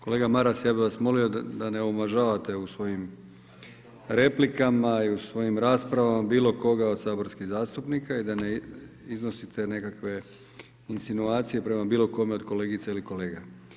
Kolega Maras, ja bih vas molio da ne omalovažavate u svojim replika i u svojim raspravama bilo koga od saborskih zastupnika i da ne iznosite nekakve insinuacije prema bilo kome od kolegica ili kolega.